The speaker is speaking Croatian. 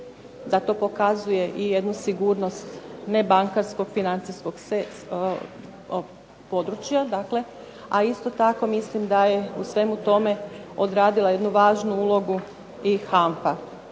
da to pokazuje i jednu sigurnost nebankarskog, financijskog područja a isto tako mislim da je u svemu tome odradila jednu važnu ulogu i HANFA,